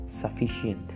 sufficient